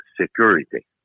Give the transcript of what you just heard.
security